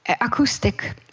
acoustic